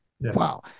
wow